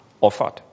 offered